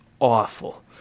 awful